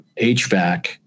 HVAC